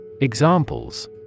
Examples